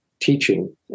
teaching